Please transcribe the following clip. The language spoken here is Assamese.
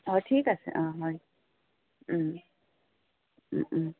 অঁ ঠিক আছে অঁ হয়